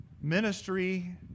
ministry